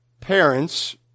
parents